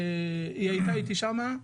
היא היתה איתי שם,